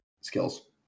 skills